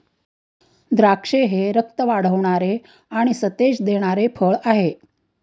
द्राक्षे हे रक्त वाढवणारे आणि सतेज देणारे फळ आहे